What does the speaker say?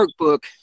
workbook